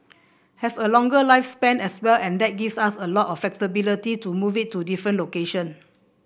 have a longer lifespan as well and that gives us a lot of flexibility to move it to different location